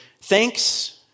Thanks